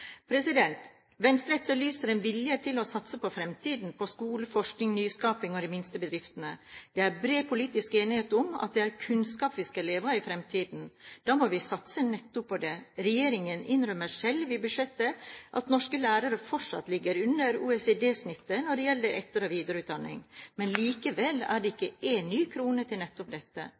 Venstre etterlyser en vilje til å satse på fremtiden – på skole, forskning, nyskaping og de minste bedriftene. Det er bred politisk enighet om at det er kunnskap vi skal leve av i fremtiden. Da må vi satse nettopp på det. Regjeringen innrømmer selv i budsjettet at norske lærere fortsatt ligger under OECD-snittet når det gjelder etter- og videreutdanning, men likevel er det ikke én ny krone til nettopp dette.